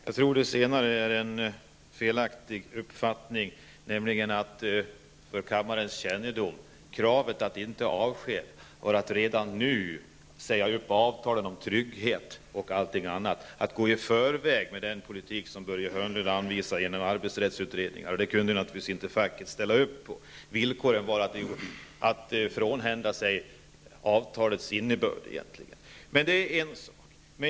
Fru talman! Jag tror att det senare är en felaktig uppfattning. För kammarens kännedom vill jag säga att det krav som ställdes för att inga avskedanden skulle göras var att avtalen om trygghet skulle sägas upp redan nu, dvs. att man skulle gå i förväg med den politik som Börje Detta kunde facket naturligtvis inte ställa upp på. Villkoret var att facket skulle frånhända sig avtalets innebörd.